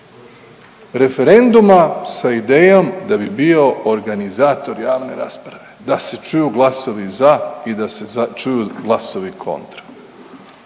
referenduma sa idejom da bi bio organizator javne rasprave, da se čuju glasovi za i da se čuju glasovi kontra.